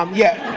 um yeah,